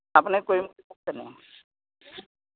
আপুনি কৰিম